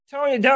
Tony